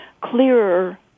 clearer